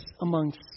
amongst